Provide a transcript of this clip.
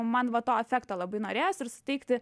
man va to efekto labai norėjosi ir suteikti